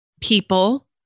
people